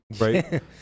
right